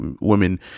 women